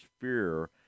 fear